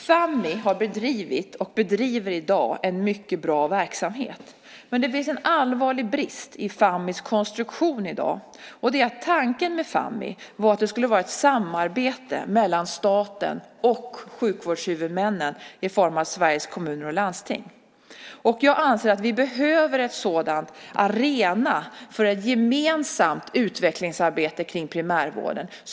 Fammi har bedrivit och bedriver i dag en mycket bra verksamhet. Men det finns en allvarlig brist i Fammis konstruktion i dag. Tanken med Fammi var att det skulle vara ett samarbete mellan staten och sjukvårdshuvudmännen i form av Sveriges kommuner och landsting. Jag anser att vi behöver en sådan arena för ett gemensamt utvecklingsarbete kring primärvården.